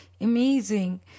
amazing